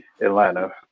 Atlanta